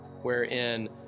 wherein